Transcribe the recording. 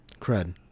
cred